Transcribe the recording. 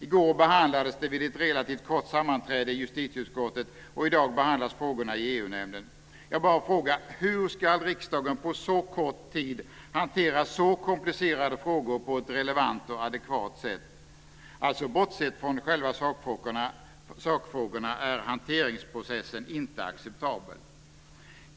I går behandlades det vid ett relativt kort sammanträde i justitieutskottet, och i dag behandlas frågorna i EU nämnden. Jag bara frågar: Hur ska riksdagen på så kort tid hantera så komplicerade frågor på ett relevant och adekvat sätt? Bortsett från själva sakfrågorna är alltså hanteringsprocessen inte acceptabel.